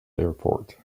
airport